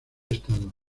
estado